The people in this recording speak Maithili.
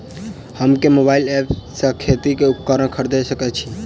हम केँ मोबाइल ऐप सँ खेती केँ उपकरण खरीदै सकैत छी?